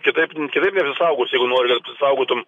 kitaip nu kitaip neapsisaugosi jeigu nori saugotum